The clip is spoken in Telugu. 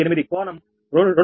078 కోణం 220